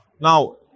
Now